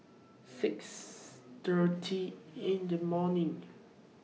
six thirty in The morning